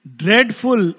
dreadful